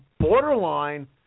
borderline